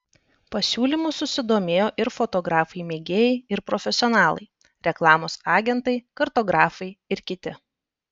pasiūlymu susidomėjo ir fotografai mėgėjai ir profesionalai reklamos agentai kartografai ir kiti